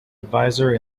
advisor